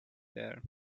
there